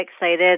excited